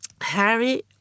Harry